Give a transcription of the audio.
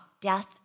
death